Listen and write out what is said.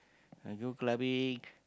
I go clubbing